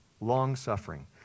long-suffering